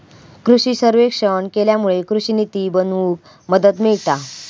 कृषि सर्वेक्षण केल्यामुळे कृषि निती बनवूक मदत मिळता